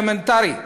האלמנטרית,